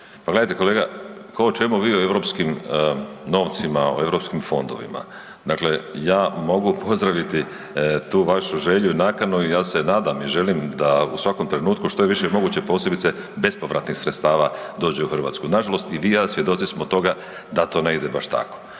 Pa gledajte kolega, tko o čemu, vi o europskim novcima, o europskim fondovima. Dakle, ja mogu pozdraviti tu vašu želju i nakanu i ja se nadam i želim da u svakom trenutku što je više moguće posebice bespovratnih sredstava dođe u Hrvatsku. Nažalost, i vi i ja svjedoci smo toga da to ne ide baš tako.